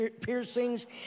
piercings